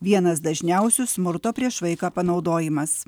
vienas dažniausių smurto prieš vaiką panaudojimas